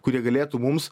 kurie galėtų mums